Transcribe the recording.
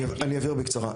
אני אבהיר בקצרה,